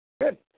Good